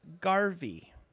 Garvey